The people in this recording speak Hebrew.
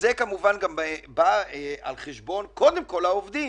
זה כמובן בא קודם כל על חשבון העובדים,